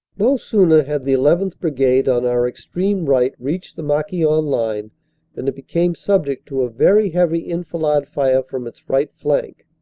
no sooner had the eleven brigade on our extreme right reached the marquion line than it became subject to a very heavy enfilade fire from its right flank,